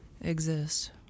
exist